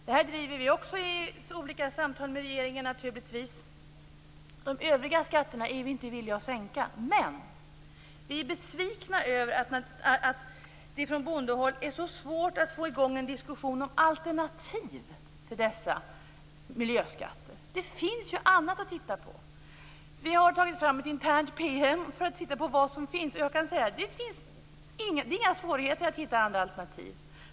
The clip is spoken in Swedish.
Detta driver vi naturligtvis också i olika samtal med regeringen. De övriga skatterna är vi inte villiga att sänka. Vi är besvikna över att det från bondehåll är så svårt att få i gång en diskussion om alternativ till dessa miljöskatter. Det finns ju annat att titta på. Vi har tagit fram en intern PM för att titta på vad som finns, och jag kan säga att det inte är några svårigheter att hitta andra alternativ.